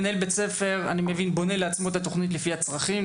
מנהל בית-ספר בונה לעצמו את התוכנית לפי הצרכים,